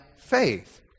faith